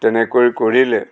তেনেকৈ কৰিলে